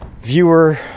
viewer